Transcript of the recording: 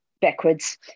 backwards